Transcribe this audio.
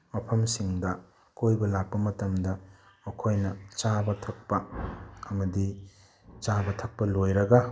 ꯃꯐꯝꯁꯤꯡꯗ ꯀꯣꯏꯕ ꯂꯥꯛꯄ ꯃꯇꯝꯗ ꯃꯈꯣꯏꯅ ꯆꯥꯕ ꯊꯛꯄ ꯑꯃꯗꯤ ꯆꯥꯕ ꯊꯛꯄ ꯂꯣꯏꯔꯒ